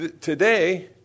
Today